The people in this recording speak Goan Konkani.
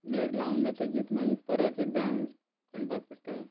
मेर लावून जातगीत मागीर परत एकदां खणपाक पडटा